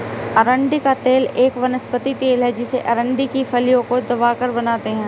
अरंडी का तेल एक वनस्पति तेल है जिसे अरंडी की फलियों को दबाकर बनाते है